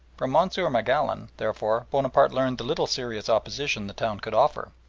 from monsieur magallon, therefore, bonaparte learned the little serious opposition the town could offer,